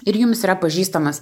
ir jums yra pažįstamas